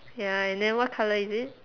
ya and then what colour is it